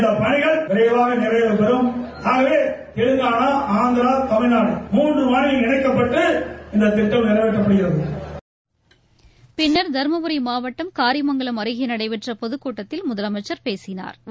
இந்த பணிகள் விரைவாக நிறைவேறும் ஆகவே தெலங்காளா ஆற்கிரா தமிழ்நாடு மூன்று மாநிலங்களும் இணைக்கப்பட்டு இந்த திட்டம் நிறைவேற்றப்படுகிறது பின்னர் தருமபுரி மாவட்டம் காிமங்கலம் அருகே நடைபெற்ற பொதுக்கூட்டத்தில் முதலமைச்சர் பேசினாா்